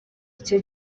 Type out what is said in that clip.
icyo